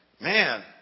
man